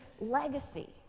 legacy